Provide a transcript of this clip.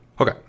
Okay